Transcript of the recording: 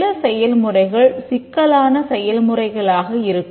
சில செயல்முறைகள் சிக்கலான செயல்முறையாக இருக்கும்